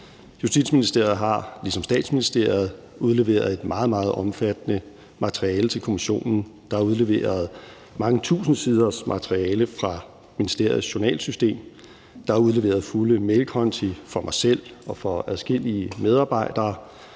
Justitsministeriet har ligesom Statsministeriet udleveret et meget, meget omfattende materiale til kommissionen. Der er udleveret mange tusind siders materiale fra ministeriets journalsystem. Der er udleveret fulde mailkonti for mig selv og for adskillige medarbejdere,